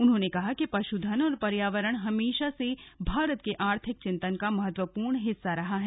उन्होंने कहा कि पशुधन और पर्यावरण हमेशा से भारत के आर्थिक चिंतन का महत्वपूर्ण हिस्सा रहा है